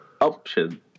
option